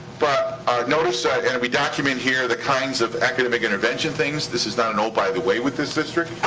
but i noticed that, and we document here, the kinds of academic intervention things. this is not an oh, by the way with this district.